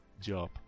job